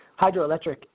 hydroelectric